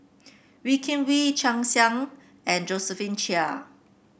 Wee Kim Wee Chia Ann Siang and Josephine Chia